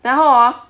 然后 hor